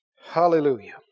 Hallelujah